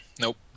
Nope